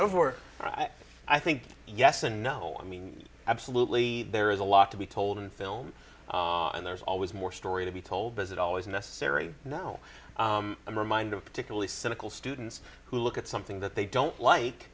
over i think yes and no i mean absolutely there is a lot to be told in film and there's always more story to be told as it always necessary now i'm reminded particularly cynical students who look at something that they don't li